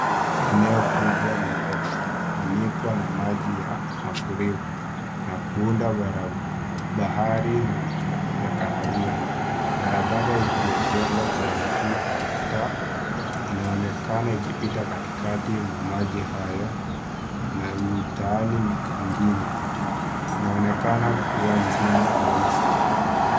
Eneo kubwa lililofunikwa na maji ya mafuriko na kuunda bahari ya kahawia. Barabara iliyojengwa kwenye tuta inaonekana iki pita katikati mwa maji hayo na mitaani ingine inaonekana kuwa nzima kabisa.